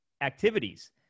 activities